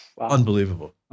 Unbelievable